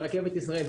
רכבת ישראל,